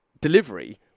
delivery